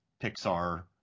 Pixar